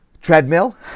treadmill